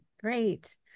great